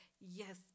yes